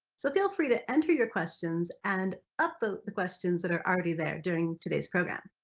so feel free to enter your questions and upload the questions that are already there during today's program.